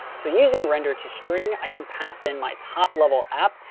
so using render to string, i can pass in my top level app.